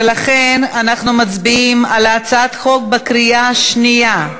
ולכן אנחנו מצביעים על הצעת החוק בקריאה שנייה.